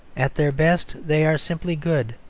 at their best, they are simply good,